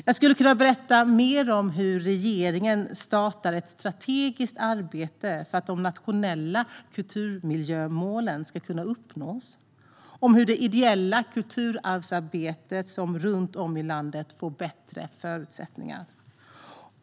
Jag skulle kunna berätta mer om hur regeringen startar ett strategiskt arbete för att de nationella kulturmiljömålen ska kunna uppnås och om hur det ideella kulturarvsarbetet runt om i landet får bättre förutsättningar.